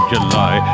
July